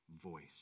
voice